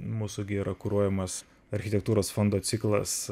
mūsų gi yra kuruojamas architektūros fondo ciklas